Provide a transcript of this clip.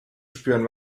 spüren